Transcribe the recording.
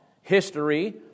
history